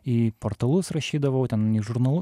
į portalus rašydavau ten į žurnalu